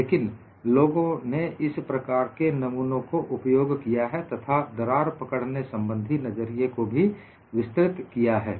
लेकिन लोगों ने इस प्रकार के नमूनों को उपयोग किया है तथा दरार पकड़ने संबंधी नजरिए को भी विस्तृत किया है